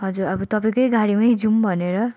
हजुर अब तपाईँकै गाडीमै जाउँ भनेर